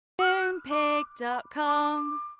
Moonpig.com